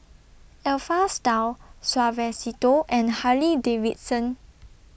Alpha Style Suavecito and Harley Davidson